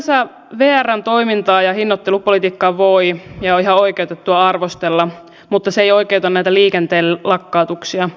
sinänsä vrn toimintaa ja hinnoittelupolitiikkaa voi ja on ihan oikeutettua arvostella mutta se ei oikeuta näitä liikenteen lakkautuksia